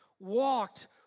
Walked